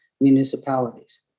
municipalities